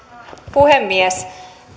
puhemies